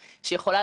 שתי שאלות.